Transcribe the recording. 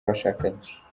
bashakanye